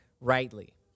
rightly